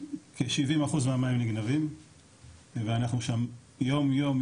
כ-70% מהמים נגנבים ואנחנו שם יום יום,